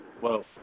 Whoa